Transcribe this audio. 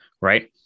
Right